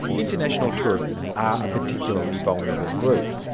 international tourists are a particularly vulnerable group.